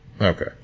Okay